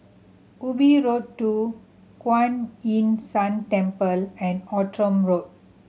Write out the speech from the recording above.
Ubi Road Two Kuan Yin San Temple and Outram Road